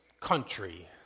country